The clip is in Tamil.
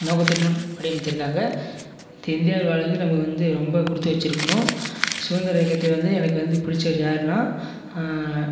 உலோகத்துடன் வடிவமைச்சிருக்காங்க இந்தியாவில் வாழ்கிறதுக்கு நம்ம வந்து ரொம்ப கொடுத்து வச்சிருக்கணும் சுதந்திரம் இயக்கத்தில் வந்து எனக்கு வந்து பிடிச்சவரு யாருனா